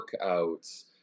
workouts